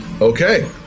Okay